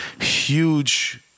huge